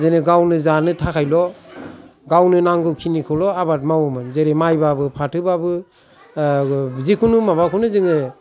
जेरै गावनो जानो थाखायल' गावनो नांगौ खिनिखौल' आबाद मावोमोन जेरै माइ बाबो फाथो बाबो जेखुनु माबाखौनो जोङो